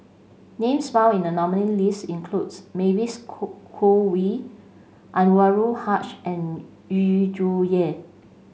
names found in the nominees' list includes Mavis Khoo Wei Anwarul Haque and Yu Zhuye